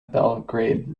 belgrade